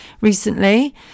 recently